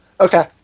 okay